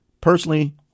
Personally